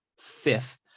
fifth